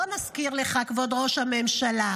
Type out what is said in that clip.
בוא נזכיר לך, כבוד ראש הממשלה: